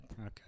Okay